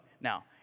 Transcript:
Now